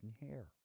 hair